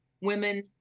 women